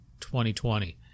2020